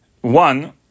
One